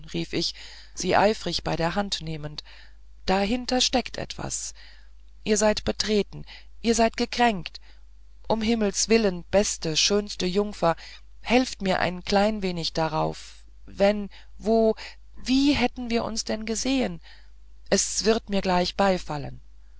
rief ich sie eifrig bei der hand nehmend dahinter steckt etwas ihr seid betreten ihr seid gekränkt ums himmels willen beste schönste jungfer helft mir ein klein wenig darauf wenn wo wie hätten wir uns denn gesehen es wird mir gleich beifallen